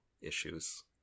issues